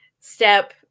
step